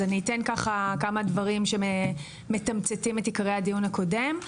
אז אני אתן ככה כמה דברים שמתמצתים את עיקרי הדיון הקודם,